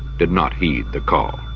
did not heed the call.